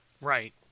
Right